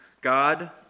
God